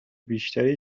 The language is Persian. بیشتری